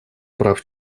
прав